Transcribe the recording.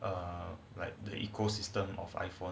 err like ecosystem